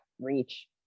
reach